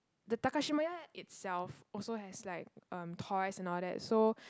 the Takashimaya itself also has like um toys and all that so